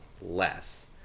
less